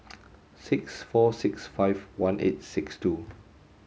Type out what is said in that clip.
six four six five one eight six two